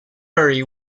murray